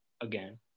Again